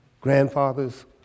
grandfathers